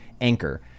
anchor